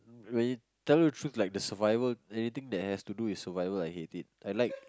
when you tell you the truth like the survival anything that has to do with survival I hate it I like